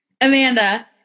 Amanda